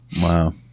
Wow